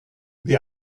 the